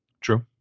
True